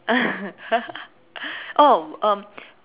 oh um